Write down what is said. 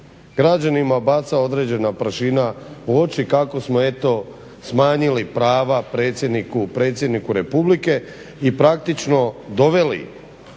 građanima baca određena prašina u oči kako smo eto smanjili prava predsjedniku Republike i praktično doveli